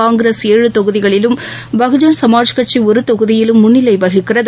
காங்கிரஸ் ஏழு தொகுதிகளிலும் பகுஜன் சமாஜ் கட்சி ஒரு தொகுதியிலும் முன்னிலை வகிக்கிறது